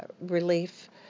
relief